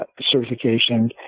certification